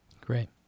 Great